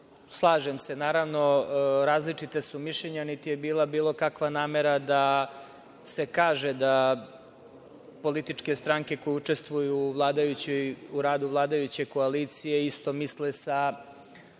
Radete. Slažem se, naravno, različita su mišljenja, niti je bila bilo kakva namera da se kaže da političke stranke koje učestvuju u radu vladajuće koalicije isto misle sa